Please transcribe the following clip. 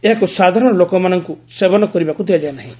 ଏହାକୁ ସାଧାରଣ ଲୋକାମନଙ୍କୁ ସେବନ କରିବାକୁ ଦିଆଯାଏ ନାହିଁ